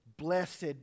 Blessed